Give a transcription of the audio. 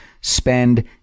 spend